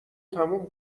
تموم